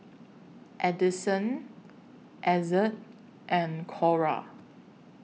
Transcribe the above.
Addisyn Ezzard and Cora